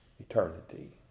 Eternity